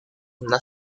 una